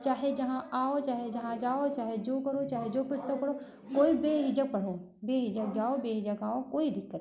चाहे जहाँ आओ चाहे जहाँ जाओ चाहे जो करो चाहे जो पुस्तक पढ़ो कोई बेहिजक पढ़ो बेहिजक जाओ बेहिजक आओ कोई दिक्कत नहीं